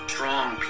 Strong